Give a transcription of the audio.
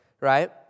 right